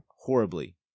Horribly